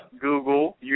Google